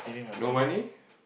no money